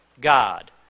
God